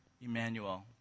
Emmanuel